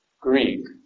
Greek